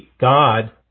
God